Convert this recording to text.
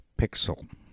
Pixel